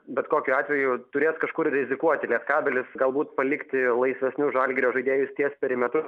bet kokiu atveju turės kažkur rizikuoti lietkabelis galbūt palikti laisvesnius žalgirio žaidėjus ties perimetru